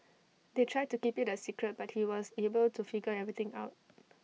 they tried to keep IT A secret but he was able to figure everything out